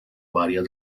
varias